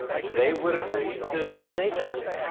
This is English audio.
they would agree to dna testing.